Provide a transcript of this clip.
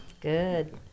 good